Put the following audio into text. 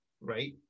right